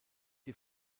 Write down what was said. die